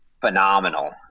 phenomenal